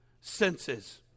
senses